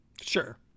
Sure